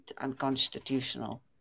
unconstitutional